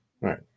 right